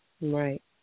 Right